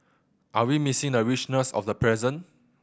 are we missing the richness of the present